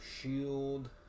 Shield